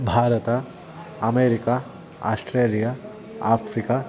भारतम् America Australia Africa